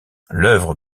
l’œuvre